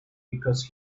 because